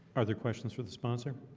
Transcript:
are there questions for the sponsor